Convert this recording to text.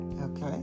Okay